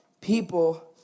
people